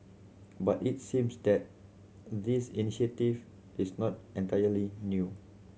but it seems that this initiative is not entirely new